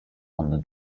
under